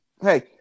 Hey